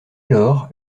lors